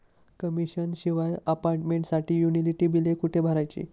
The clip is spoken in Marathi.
कमिशन शिवाय अपार्टमेंटसाठी युटिलिटी बिले कुठे भरायची?